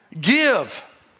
Give